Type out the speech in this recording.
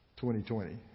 2020